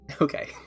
Okay